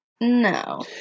no